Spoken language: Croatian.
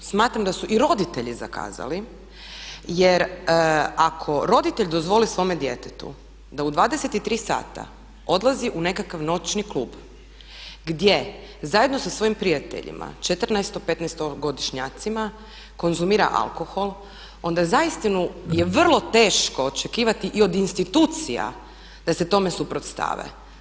Smatram da su i roditelji zakazali jer ako roditelj dozvoli svome djetetu da u 23 sata odlazi u nekakav noćni klub gdje zajedno sa svojim prijateljima 14-godišnjacima i 15-godišnjacima konzumira alkohol onda zaista je vrlo teško očekivati i od institucija da se tome suprotstave.